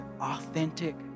authentic